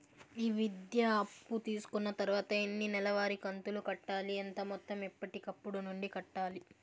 ఈ విద్యా అప్పు తీసుకున్న తర్వాత ఎన్ని నెలవారి కంతులు కట్టాలి? ఎంత మొత్తం ఎప్పటికప్పుడు నుండి కట్టాలి?